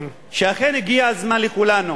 שאכן הגיע הזמן לכולנו